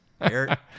Eric